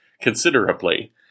considerably